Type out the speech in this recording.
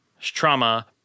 Trauma